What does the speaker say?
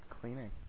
Cleaning